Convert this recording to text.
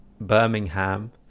Birmingham